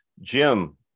Jim